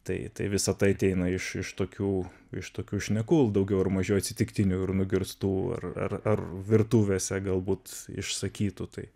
tai tai visa tai ateina iš iš tokių iš tokių šnekų daugiau ar mažiau atsitiktinių ir nugirstų ar ar ar virtuvėse galbūt išsakytų tai